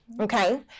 okay